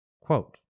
Quote